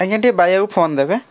ଆଜ୍ଞା ଟିକେ ବାୟାକୁ ଫୋନ୍ ଦେବେ